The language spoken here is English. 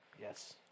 Yes